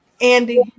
Andy